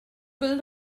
build